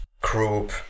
group